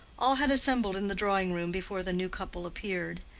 all had assembled in the drawing-room before the new couple appeared.